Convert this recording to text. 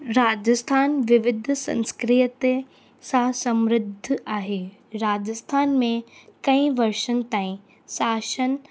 राजस्थान विविध संस्क्रीअ ते सां समृध आहे राजस्थान में कई वर्षनि ताईं शासन